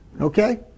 okay